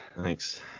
Thanks